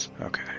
okay